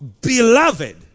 beloved